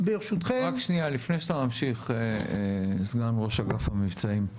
רק שנייה לפני שאתה ממשיך, סגן ראש אגף המבצעים.